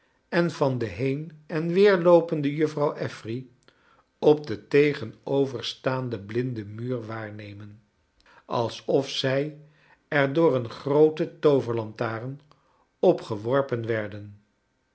en van de heen en weerloopende juffrouw affery op den tegenoverstaanden blinden muuur waarnemen lsof zij er door een groote tooverlantai'en op geworpen werden